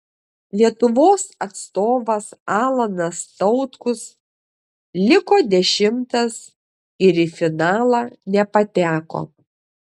lietuvos atstovas alanas tautkus liko dešimtas ir į finalą nepateko